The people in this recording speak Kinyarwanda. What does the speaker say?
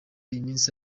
iminsi